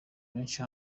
benshi